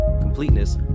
completeness